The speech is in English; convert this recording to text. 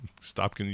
stop